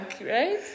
right